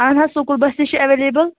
اَہَن حظ school bus تہِ چھِ ایٚویلیبٕل